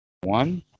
one